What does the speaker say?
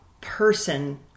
person